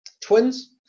twins